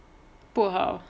不好